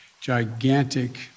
gigantic